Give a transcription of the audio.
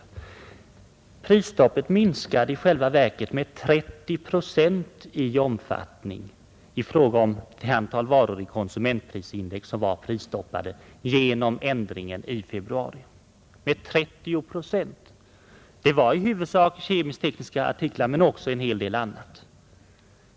Men ändringen i februari minskade i själva verket med 30 procent omfattningen av det antal varor i konsumentprisindex som var prisstoppade. Ändringen i februari medförde alltså en minskning med 30 procent. Det gällde i huvudsak kemisk-tekniska artiklar men också en hel del annat.